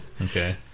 Okay